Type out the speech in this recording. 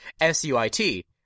S-U-I-T